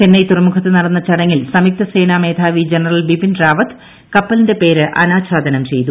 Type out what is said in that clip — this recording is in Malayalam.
ചെന്നൈ തുറമുഖത്ത് നടന്ന ചടങ്ങിൽ സംയുക്തസേനാ മേധാവി ജനറൽ ബിപിൻ റാവത്ത് കപ്പലിന്റെ പേര് അനാച്ഛാദനം ചെയ്തു